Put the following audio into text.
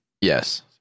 Yes